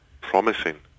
promising